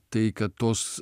tai kad tos